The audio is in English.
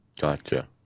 Gotcha